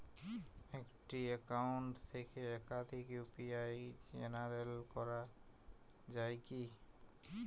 একটি অ্যাকাউন্ট থেকে একাধিক ইউ.পি.আই জেনারেট করা যায় কি?